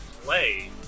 play